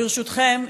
ברשותכם,